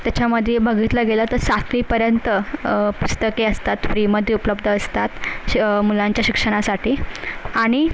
त्याच्यामध्ये बघितलं गेलं तर सातवीपर्यंत पुस्तके असतात फ्रीमध्ये उपलब्ध असतात शि मुलांच्या शिक्षणासाठी आणि